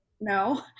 no